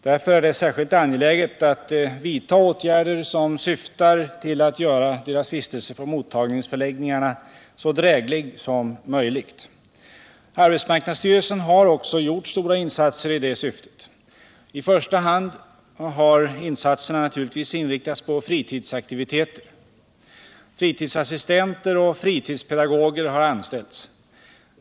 Därför är det särskilt angeläget att vidta åtgärder som syftar till att göra deras vistelse på mottagningsförläggningarna så dräglig som möjligt. Arbetsmarknadsstyrelsen har också gjort stora insatser i detta syfte. I första hand har insatserna naturligtvis inriktats på fritidsaktiviteter. Fritidsassistenter och fritidspedagoger har anställts.